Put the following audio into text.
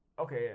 Okay